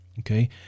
Okay